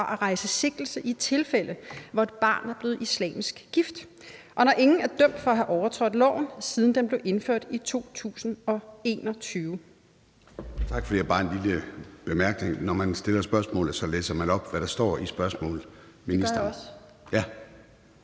at rejse sigtelse i tilfælde, hvor et barn er blevet islamisk gift, og når ingen er dømt for at have overtrådt loven, siden den blev indført i 2021?